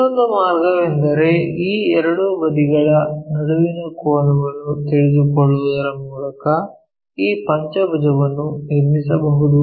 ಇನ್ನೊಂದು ಮಾರ್ಗವೆಂದರೆ ಈ ಎರಡು ಬದಿಗಳ ನಡುವಿನ ಕೋನವನ್ನು ತಿಳಿದುಕೊಳ್ಳುವುದರ ಮೂಲಕ ಈ ಪಂಚಭುಜವನ್ನು ನಿರ್ಮಿಸಬಹುದು